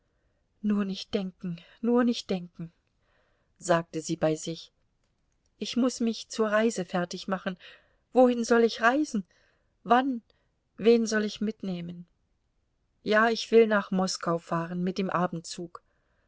nur nicht denken nur nicht denken sagte sie bei sich ich muß mich zur reise fertigmachen wohin soll ich reisen wann wen soll ich mitnehmen ja ich will nach moskau fahren mit dem abendzug